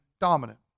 dominant